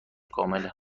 کامله